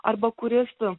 arba kuris